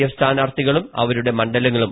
F സ്ഥാനാർത്ഥികളും അവരുടെ മണ്ഡലങ്ങളും